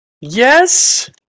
Yes